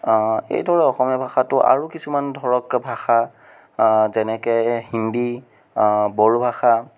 এইদৰে অসমীয়া ভাষাটো আৰু কিছুমান ধৰক ভাষা যেনেকৈ হিন্দী বড়ো ভাষা